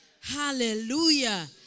Hallelujah